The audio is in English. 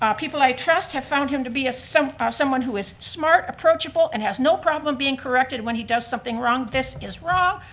um people i trust have found him to be so ah someone who is smart, approachable, and has no problem being corrected when he does something wrong. this is wrong,